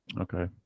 Okay